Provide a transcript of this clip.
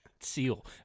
Seal